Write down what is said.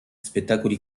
spettacoli